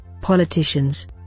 politicians